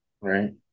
right